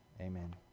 amen